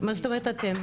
מה זאת אומרת אתם?